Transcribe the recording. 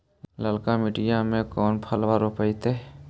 ललका मटीया मे कोन फलबा रोपयतय?